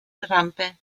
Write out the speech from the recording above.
rampe